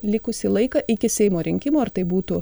likusį laiką iki seimo rinkimų ar tai būtų